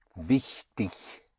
wichtig